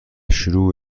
شروع